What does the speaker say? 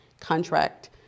contract